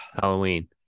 Halloween